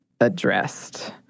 addressed